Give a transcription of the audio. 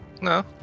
No